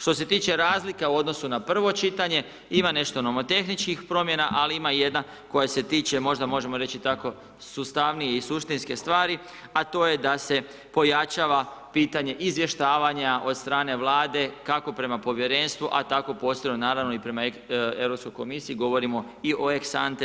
Što se tiče razlika u odnosu na prvo čitanje, ima nešto nomotehničkih promjena, ali ima jedna, koja se tiče, možda možemo reći tako, sustavnije i suštinske stvari, a to je da se pojačava pitanje izvještavanja od strane vlade, kako prema povjerenstvu, a tako posebno naravno i prema europskoj komisiji govorimo i o …